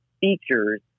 features